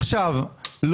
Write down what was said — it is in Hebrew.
אני